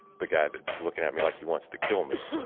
the guy that's looking at me like he wants to kill me.